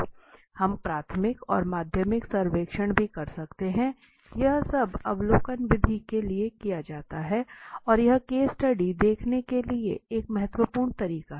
हम प्राथमिक और माध्यमिक सर्वेक्षण भी कर सकते है यह सब अवलोकन विधि में किया जा सकता है और यह केस स्टडी देखने के लिए एक महत्वपूर्ण तरीका है